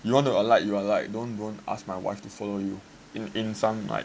you want to alight you alight don't don't ask my wife to follow you in in some like